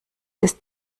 ist